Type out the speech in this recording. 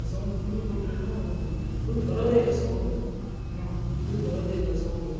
sound full ಕೊಟ್ರೂನು full ಬರೋದೇ ಇಲ್ಲ ಸೌಂಡು ಫುಲ್ ಬರೋದೇ ಇಲ್ಲ ಸೌಂಡು